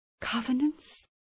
Covenants